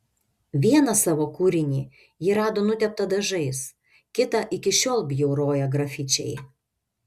vieną savo kūrinį ji rado nuteptą dažais kitą iki šiol bjauroja grafičiai